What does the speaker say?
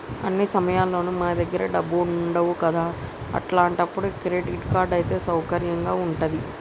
అన్ని సమయాల్లోనూ మన దగ్గర డబ్బులు ఉండవు కదా అట్లాంటప్పుడు క్రెడిట్ కార్డ్ అయితే సౌకర్యంగా ఉంటది